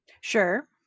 Sure